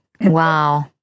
Wow